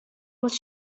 was